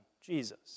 Jesus